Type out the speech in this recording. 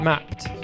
mapped